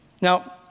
Now